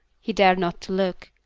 he dared not look.